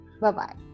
Bye-bye